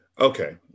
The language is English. Okay